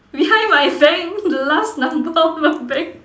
behind but I'm saying the last number of my bank